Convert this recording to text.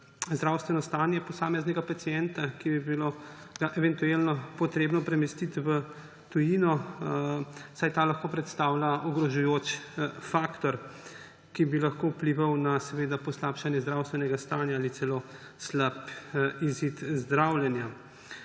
zdravstveno stanje posameznega pacienta, ki bi ga bilo eventualno potrebno premestiti v tujino, saj ta lahko predstavlja ogrožajoč faktor, ki bi lahko vplival na poslabšanje zdravstvenega stanja ali celo slab izid zdravljenja.